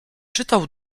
czytał